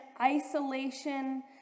isolation